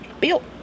built